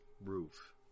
roof